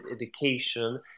education